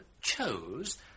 chose